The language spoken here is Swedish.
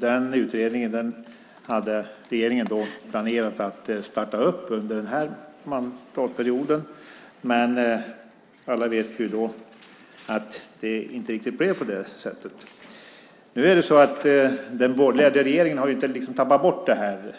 Den utredningen hade regeringen planerat att starta under den här mandatperioden, men alla vet att det inte riktigt blev på det sättet. Den borgerliga regeringen har inte tappat bort de här